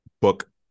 book